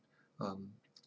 um